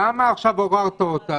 מתי --- למה עכשיו עוררת אותה?